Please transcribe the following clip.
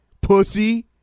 Pussy